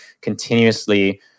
continuously